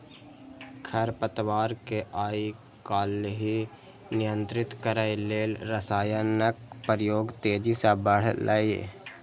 खरपतवार कें आइकाल्हि नियंत्रित करै लेल रसायनक प्रयोग तेजी सं बढ़लैए